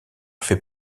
fait